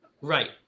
Right